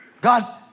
God